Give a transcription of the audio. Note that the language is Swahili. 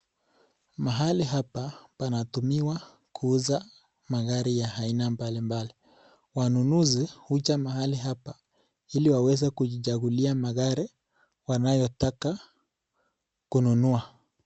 Mahali hapa panatumiwa kuuza magari ya aina mbalimbali, wanunuzi huja mahali hapa ili waweze kujichakulia magari wanayotaka kununua.